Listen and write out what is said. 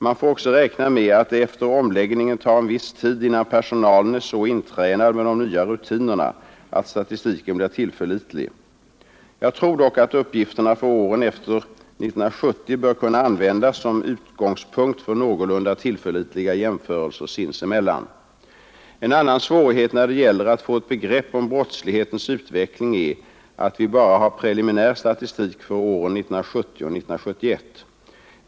Man får också räkna med att det efter omläggningen tar en viss tid innan personalen är så intränad med de nya rutinerna att statistiken blir tillförlitlig. Jag tror dock att uppgifterna för åren efter 1970 bör kunna användas som utgångspunkt för någorlunda tillförlitliga jämförelser sinsemellan. En annan svårighet när det gäller att få ett begrepp om brottslighetens utveckling är att vi bara har preliminär statistik för åren 1970 och 1971.